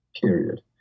period